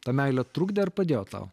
tą meilę trukdė ar padėjo tau